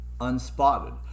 unspotted